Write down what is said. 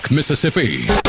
Mississippi